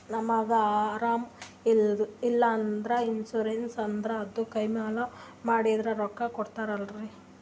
ನಮಗ ಅರಾಮ ಇಲ್ಲಂದ್ರ ಇನ್ಸೂರೆನ್ಸ್ ಇದ್ರ ಅದು ಕ್ಲೈಮ ಮಾಡಿದ್ರ ರೊಕ್ಕ ಕೊಡ್ತಾರಲ್ರಿ?